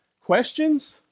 questions